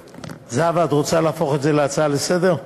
זהבה, את רוצה להפוך את זה להצעה לסדר-היום?